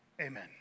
amen